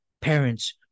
parents